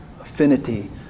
affinity